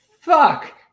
fuck